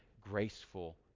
graceful